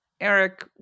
Eric